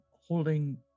holding